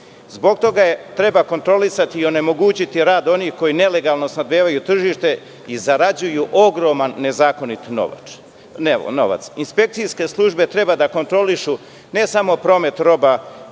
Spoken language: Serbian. Zbog toga treba kontrolisati i onemogućiti rad onih koji nelegalno snabdevaju tržište i zarađuju ogroman nezakonit novac. Inspekcijske službe treba da kontrolišu ne samo promet roba